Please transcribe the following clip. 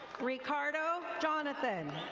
ricardo jonathan.